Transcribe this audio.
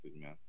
man